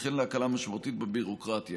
וכן להקלה משמעותית בביורוקרטיה.